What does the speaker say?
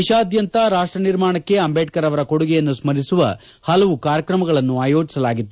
ದೇಶಾದ್ಯಂತ ರಾಷ್ಷ ನಿರ್ಮಾಣಕ್ಕೆ ಅಂಬೇಡ್ತರ್ ಅವರ ಕೊಡುಗೆಯನ್ನು ಸ್ತರಿಸುವ ಹಲವು ಕಾರ್ಯಕ್ರಮಗಳನ್ನು ಆಯೋಜಿಸಲಾಗಿತ್ತು